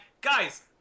guys